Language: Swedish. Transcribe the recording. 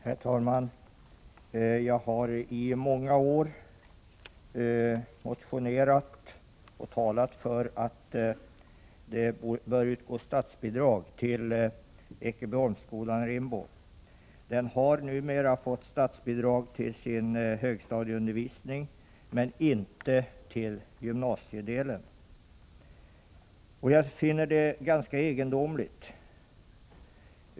Herr talman! Jag har i många år motionerat och talat för att statsbidrag bör utgå till Ekebyholmsskolan i Rimbo. Denna skola har numera fått statsbidrag till sin högstadieundervisning men inte till sin gymnasieundervisning. Jag finner detta ganska egendomligt.